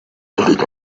that